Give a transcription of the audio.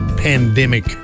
pandemic